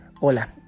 Hola